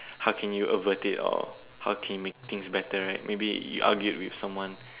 how can you avoid it or how can you make things better right maybe you argued with someone